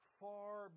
far